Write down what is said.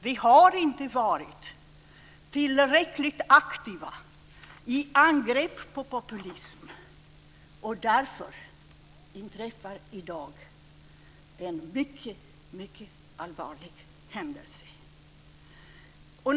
Vi har inte varit tillräckligt aktiva i angrepp på populismen, och därför inträffar det i dag mycket allvarliga händelser.